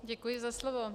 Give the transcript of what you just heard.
Děkuji za slovo.